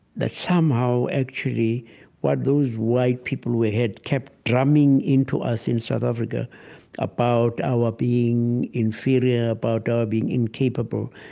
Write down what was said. that somehow actually what those white people who had kept drumming into us in south africa about our being inferior, about our being incapable,